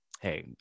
hey